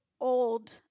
old